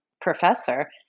professor